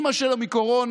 אימא שלו מקורונה,